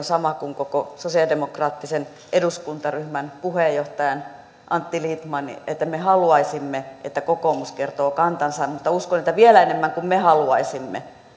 sama kuin koko sosialidemokraattisen eduskuntaryhmän puheenjohtajan antti lindtmanin että me haluaisimme että kokoomus kertoo kantansa mutta uskon että vielä enemmän kuin me haluaisimme